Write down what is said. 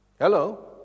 Hello